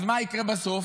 אז מה יקרה בסוף?